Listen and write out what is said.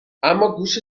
اماگوش